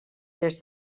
des